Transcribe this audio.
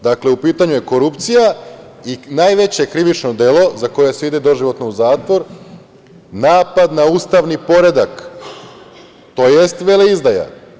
Dakle, u pitanju je korupcija i najveće krivično delo za koje se ide doživotno u zatvor, napad na ustavni poredak, tj. veleizdaja.